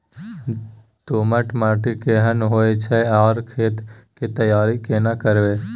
दोमट माटी केहन होय छै आर खेत के तैयारी केना करबै?